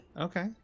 Okay